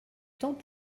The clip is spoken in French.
temps